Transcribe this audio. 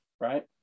right